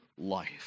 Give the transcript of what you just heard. life